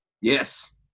Yes